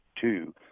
two